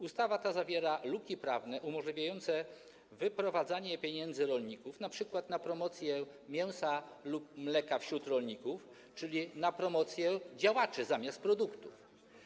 Ustawa ta zawiera luki prawne umożliwiające wyprowadzanie pieniędzy rolników np. na promocję mięsa lub mleka wśród rolników, czyli na promocję działaczy zamiast produktów.